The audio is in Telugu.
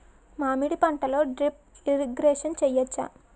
మామిడి పంటలో డ్రిప్ ఇరిగేషన్ చేయచ్చా?